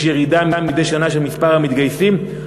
יש ירידה מדי שנה במספר המתגייסים.